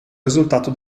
risultato